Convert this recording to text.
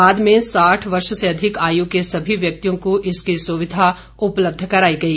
बाद में साठ वर्ष से अधिक आय के सभी व्यक्तियों को इसकी सुविधा उपलब्ध कराई गई